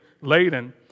laden